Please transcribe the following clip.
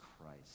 Christ